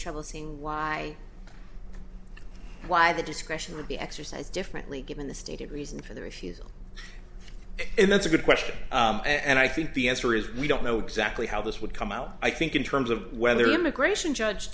trouble seeing why why the discretion would be exercise differently given the stated reason for the refusal and that's a good question and i think the answer is we don't know exactly how this would come out i think in terms of whether the immigration judge